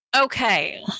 okay